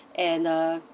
and uh